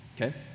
okay